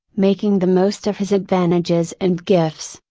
making the most of his advantages and gifts,